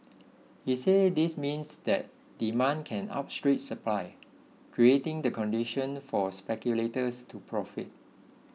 he said this means that demand can outstrip supply creating the condition for speculators to profit